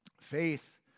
Faith